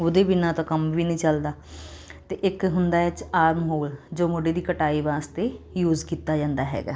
ਉਹਦੇ ਬਿਨ੍ਹਾਂ ਤਾਂ ਕੰਮ ਵੀ ਨੀ ਚੱਲਦਾ ਤੇ ਇੱਕ ਹੁੰਦਾ ਇਹਦੇ ਚ ਆਰਮ ਹੋਲ ਜੋ ਮੋਢੇ ਦੀ ਕਟਾਈ ਵਾਸਤੇ ਯੂਜ਼ ਕੀਤਾ ਜਾਂਦਾ ਹੈਗਾ